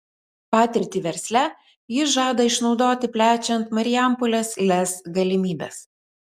patirtį versle jis žada išnaudoti plečiant marijampolės lez galimybes